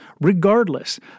Regardless